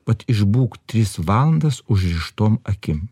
vat išbūk tris valandas užrištom akim